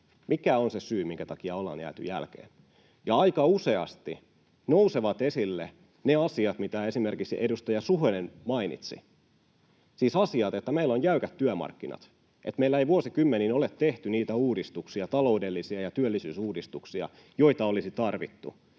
Mikä on se syy, minkä takia ollaan jääty jälkeen? Aika useasti nousevat esille ne asiat, mitä esimerkiksi edustaja Suhonen mainitsi, siis asiat, että meillä on jäykät työmarkkinat, että meillä ei vuosikymmeniin ole tehty niitä uudistuksia, taloudellisia ja työllisyysuudistuksia, joita olisi tarvittu,